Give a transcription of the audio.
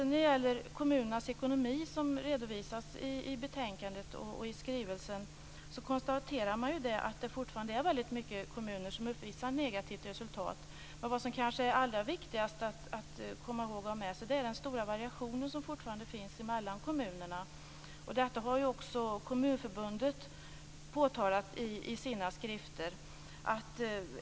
När det gäller kommunernas ekonomi, som redovisas i betänkandet och i skrivelsen, konstateras att det fortfarande är väldigt många kommuner som uppvisar negativt resultat. Men vad som kanske är allra viktigast att komma ihåg är den stora variation som fortfarande finns mellan kommunerna. Detta har också Kommunförbundet påtalat i sina skrifter.